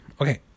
Okay